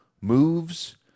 moves